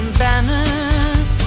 banners